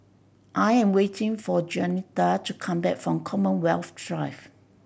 I am waiting for Juanita to come back from Commonwealth Drive